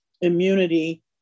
immunity